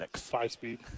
Five-speed